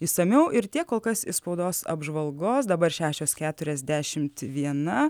išsamiau ir tiek kol kas iš spaudos apžvalgos dabar šešios keturiasdešimt viena